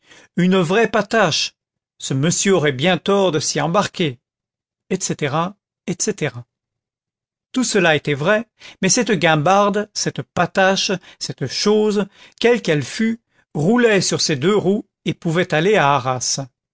une vraie patache ce monsieur aurait bien tort de s'y embarquer etc etc tout cela était vrai mais cette guimbarde cette patache cette chose quelle qu'elle fût roulait sur ses deux roues et pouvait aller à arras